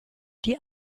die